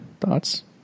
thoughts